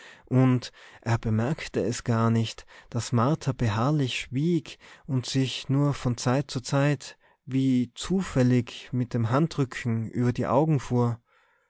und er bemerkte es gar nicht daß martha beharrlich schwieg und sich nur von zeit zu zeit wie zufällig mit dem handrücken über die augen fuhr